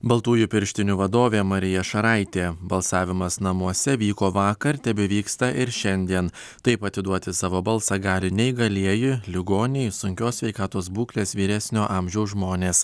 baltųjų pirštinių vadovė marija šaraitė balsavimas namuose vyko vakar tebevyksta ir šiandien taip atiduoti savo balsą gali neįgalieji ligoniai sunkios sveikatos būklės vyresnio amžiaus žmonės